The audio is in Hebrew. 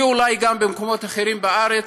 ואולי גם במקומות אחרים בארץ.